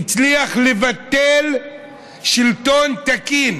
הצליח לבטל שלטון תקין,